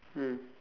mm